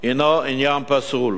הוא עניין פסול.